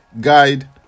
guide